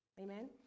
Amen